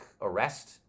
arrest